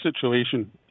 situation